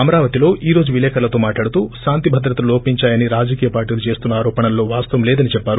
అమరావతిలో ఈ రోజు విలేకర్ణతో మాట్లాడుతూ శాంతి భద్రతలు లోపించాయని రాజకీయపార్టీలు చేస్తున్న ఆరోపణల్లో వాస్తవం లేదని చెప్పారు